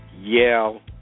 Yale